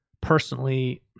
Personally